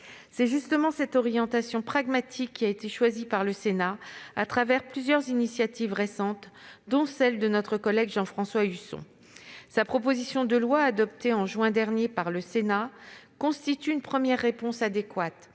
Telle est l'orientation pragmatique choisie par le Sénat à travers plusieurs initiatives récentes, dont celle de notre collègue Jean-François Husson. Sa proposition de loi, adoptée en juin dernier par le Sénat, constitue une première réponse adéquate,